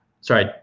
Sorry